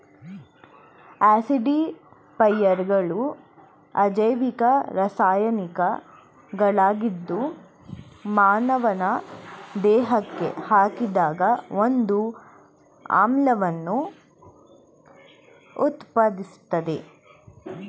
ಆಸಿಡಿಫೈಯರ್ಗಳು ಅಜೈವಿಕ ರಾಸಾಯನಿಕಗಳಾಗಿದ್ದು ಮಾನವನ ದೇಹಕ್ಕೆ ಹಾಕಿದಾಗ ಒಂದು ಆಮ್ಲವನ್ನು ಉತ್ಪಾದಿಸ್ತದೆ